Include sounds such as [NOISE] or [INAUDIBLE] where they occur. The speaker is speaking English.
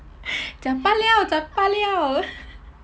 chak ba liao chak ba liao [LAUGHS]